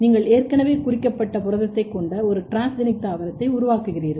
நீங்கள் ஏற்கனவே குறிக்கப்பட்ட புரதத்தைக் கொண்ட ஒரு டிரான்ஸ்ஜெனிக் தாவரத்தை உருவாக்குகிறீர்கள்